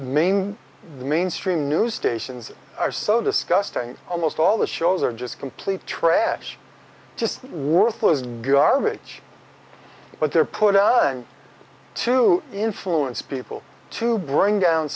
main the mainstream news stations are so disgusting almost all the shows are just complete trash just worthless garbage what they're put out to influence people to bring down